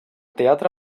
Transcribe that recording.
teatre